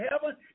heaven